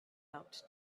out